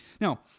Now